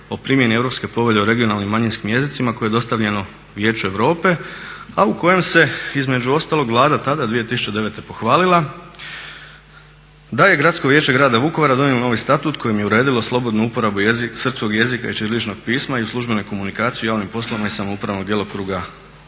o primjeni Europske povelje o regionalnim manjinskim jezicima koje je dostavljeno Vijeću Europe, a u kojem se između ostalog Vlada tada 2009. pohvalila da je Gradsko vijeće grada Vukovara donijelo novi statut kojim je uredilo slobodnu uporabu srpskog jezika i ćirilićnog pisma i u službenoj komunikaciji i u javnim poslovima iz samoupravnog djelokruga